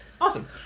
Awesome